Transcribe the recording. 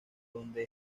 donde